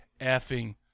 effing